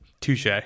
Touche